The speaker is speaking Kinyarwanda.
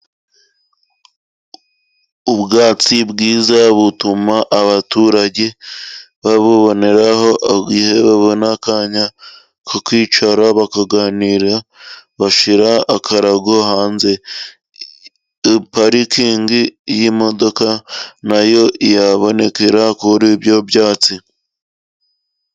Ubwatsi bwiza butuma abaturage babuboneraho igihe babona akanya ko kwicara bakaganira. Bashyira akarago hanze. Parikingi y'imodoka na yo yabonekera kuri ibyo byatsi.